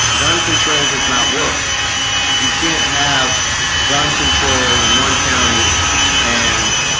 gun control does not work you can't have gun control in one county and